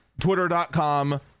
twitter.com